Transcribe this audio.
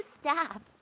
stop